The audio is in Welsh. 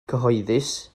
cyhoeddus